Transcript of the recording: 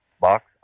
box